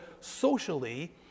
socially